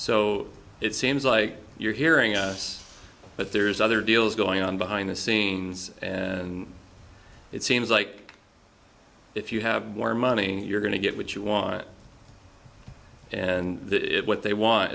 so it seems like you're hearing us but there's other deals going on behind the scenes and it seems like if you have more money you're going to get what you want and what they want